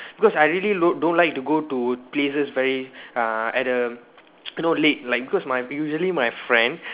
because I really don't don't like to go to places very uh at the you know late like because my usually my friend